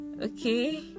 okay